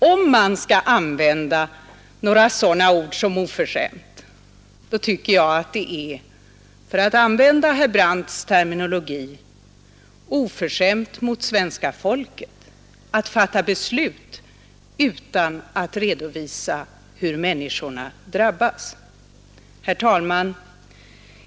Om man skall använda några sådana ord som oförskämt tycker jag att det är — för att använda herr Brandts terminologi — oförskämt mot svenska folket att fatta beslut utan att redovisa hur människorna drabbas. Herr talman!